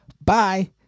Bye